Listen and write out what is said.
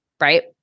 Right